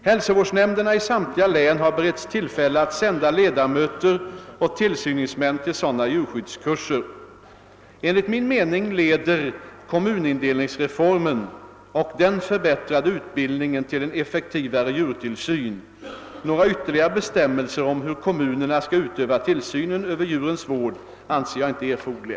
Hälsovårdsnämderna i samtliga län har beretts tillfälle att sända ledamöter och tillsyningsmän till sådana djurskyddskurser. Enligt min mening leder kommunindelningsreformen och den förbättrade utbildningen till en effektivare djurtillsyn. Några ytterligare bestämmelser om hur kommunerna skall utöva tillsynen över djurens vård anser jag inte erforderliga.